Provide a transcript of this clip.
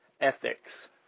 Ethics